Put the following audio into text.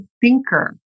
thinker